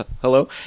Hello